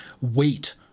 wait